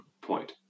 point